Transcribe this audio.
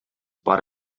бар